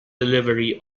delivery